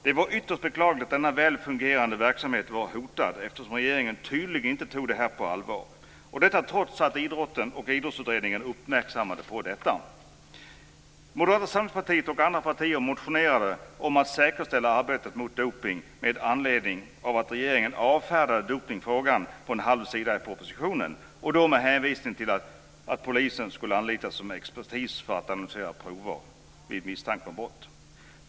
Det är ytterst beklagligt att en väl fungerande verksamhet har varit hotad på grund av att regeringen tydligen inte tagit denna fråga på allvar, trots att såväl idrotten som Idrottsutredningen uppmärksammat förhållandena. Moderata samlingspartiet och andra partier har motionerat om att säkerställa arbetet mot dopning med anledning av att regeringen avfärdat dopningsfrågan på en halv sida i propositionen, med hänvisning till att polisen skulle anlita expertis för att analysera prover vid misstanke om brott.